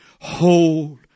Hold